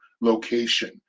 location